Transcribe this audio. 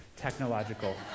technological